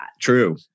True